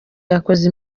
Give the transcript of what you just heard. yakoze